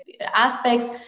Aspects